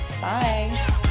bye